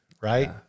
right